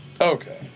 Okay